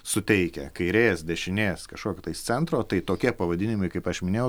suteikia kairės dešinės kažkokio tais centro tai tokie pavadinimai kaip aš minėjau